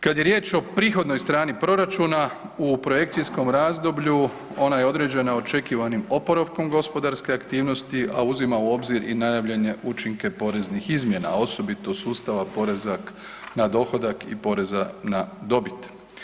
Kad je riječ o prihodnoj strani proračuna, u projekcijskom razdoblju ona je određena očekivanim oporavkom gospodarske aktivnosti, a uzima u obzir i najavljene učinke poreznih izmjena, osobito sustava poreza na dohodak i poreza na dobit.